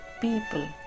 people